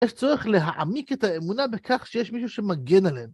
יש צורך להעמיק את האמונה בכך שיש מישהו שמגן עליהם